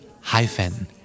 hyphen